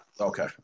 Okay